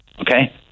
Okay